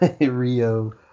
rio